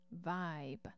vibe